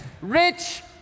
rich